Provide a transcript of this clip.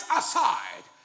aside